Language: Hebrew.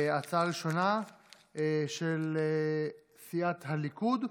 ההצעה הראשונה היא של סיעת הליכוד.